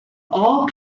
all